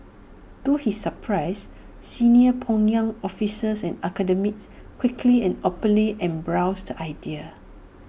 to his surprise senior pyongyang officials and academics quickly and openly embraced the idea